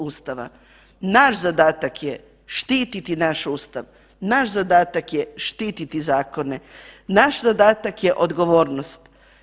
Ustava, naš zadatak je štititi naš Ustav, naš zadatak je štititi zakone, naš zadatak je odgovornost.